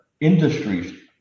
industries